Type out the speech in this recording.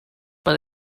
but